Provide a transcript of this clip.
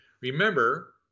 Remember